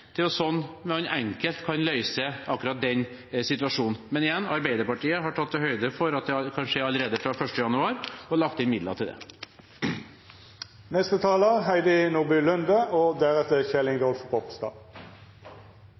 Sånn kan man enkelt løse akkurat den situasjonen. Men igjen: Arbeiderpartiet har tatt høyde for at det kan skje allerede fra 1. januar, og har lagt inn midler til det. Jeg hører at regjeringspartienes kommentarer til at pensjonister og